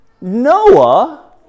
noah